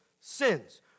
sins